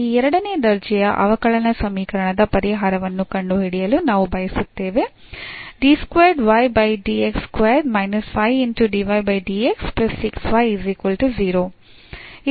ಈ ಎರಡನೇ ದರ್ಜೆಯ ಅವಕಲನ ಸಮೀಕರಣದ ಪರಿಹಾರವನ್ನು ಕಂಡುಹಿಡಿಯಲು ನಾವು ಬಯಸುತ್ತೇವೆ